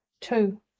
Two